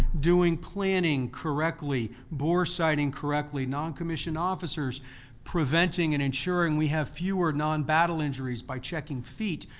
doing planning correctly, bore sighting correctly, noncommissioned officers preventing and ensuring we have fewer non-battle injuries by checking feet,